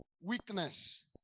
weakness